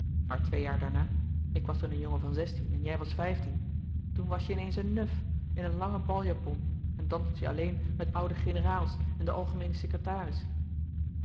maar twee jaar daarna ik was toen een jongen van zestien en jij was vijftien toen was je in eens een nuf in een lange baljapon en louis couperus de boeken der kleine zielen danste je alleen met oude generaals en den algemeenen secretaris